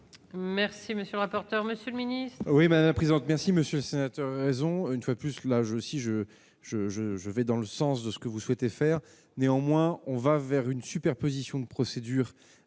Merci, monsieur le rapporteur, monsieur le ministre. Oui, madame la présidente, merci monsieur le sénateur, elles ont une fois de plus, là je suis je, je, je, je vais dans le sens de ce que vous souhaitez faire néanmoins on va vers une superposition de procédure